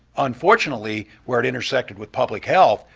unfortunately, where it intersected with public health,